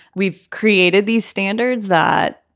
we've created these standards that,